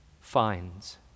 finds